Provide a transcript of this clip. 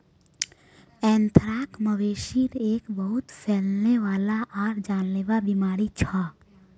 anthrax, मवेशिर एक बहुत फैलने वाला आर जानलेवा बीमारी छ